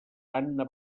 anna